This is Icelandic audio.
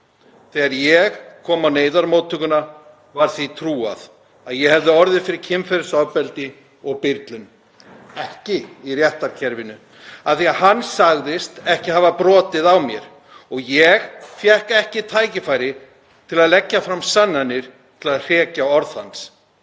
Þegar ég kom á Neyðarmóttökuna var því trúað að ég hefði orðið fyrir kynferðisofbeldi og byrlun. Ekki í réttarkerfinu. Af því hann sagðist ekki hafa brotið á mér. Og ég fékk ekki tækifæri til að leggja fram sannanir til að hrekja orð hans.